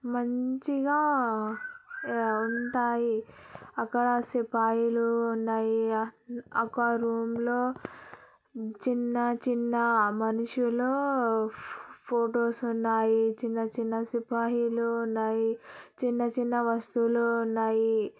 మంచిగా ఉంటాయి అక్కడ సిపాయిలు ఉన్నాయి ఒక రూమ్లో చిన్న చిన్న మనుషులు ఫొటోస్ ఉన్నాయి చిన్న చిన్న సిపాయిలు ఉన్నాయి చిన్న చిన్న వస్తువులు ఉన్నాయి